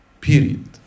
Period